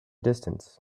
distance